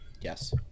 Yes